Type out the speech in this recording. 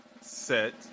set